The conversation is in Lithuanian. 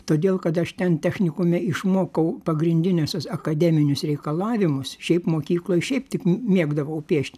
todėl kad aš ten technikume išmokau pagrindinius akademinius reikalavimus šiaip mokykloj šiaip tik mėgdavau piešt